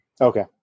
okay